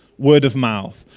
word of mouth.